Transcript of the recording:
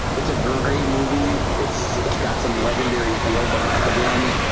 it's a great movie. it's it's got some legendary feel but again,